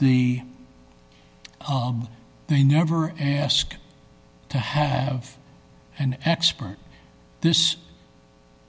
the they never ask to have an expert this